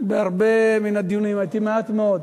בהרבה מן הדיונים, הייתי מעט מאוד.